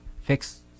fix